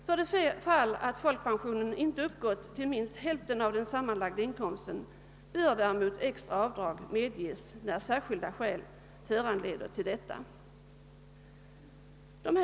För det fall att folkpensionen inte uppgått till minst hälften av den sammanlagda inkomsten bör däremot extra avdrag medges endast när särskilda skäl föranleder detta.